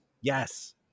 Yes